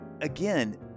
again